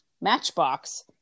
matchbox